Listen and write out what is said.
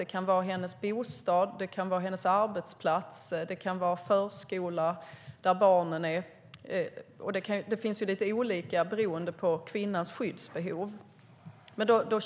Det kan vara hennes bostad, det kan vara hennes arbetsplats, det kan vara förskolan där barnen är. Det är lite olika beroende på kvinnans skyddsbehov.